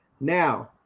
Now